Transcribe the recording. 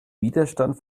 widerstand